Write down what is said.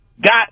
got